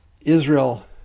Israel